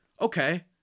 okay